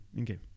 Okay